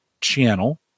channel